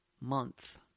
month